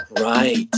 Right